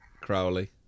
Crowley